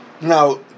Now